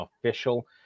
official